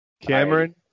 Cameron